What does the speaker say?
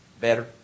Better